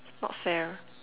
not fair